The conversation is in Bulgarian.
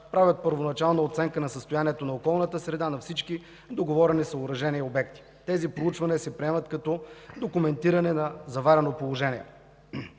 правят първоначална оценка на състоянието на околната среда на всички договорени съоръжения и обекти. Тези проучвания се приемат като документиране на заварено положение.